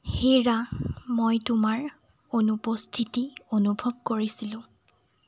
হেৰা মই তোমাৰ অনুপস্থিতি অনুভৱ কৰিছিলোঁ